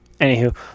anywho